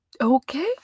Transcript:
Okay